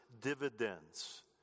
dividends